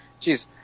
Jeez